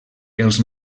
els